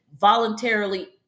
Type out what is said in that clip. voluntarily